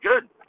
good